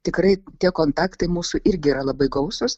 tikrai tie kontaktai mūsų irgi yra labai gausūs